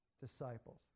disciples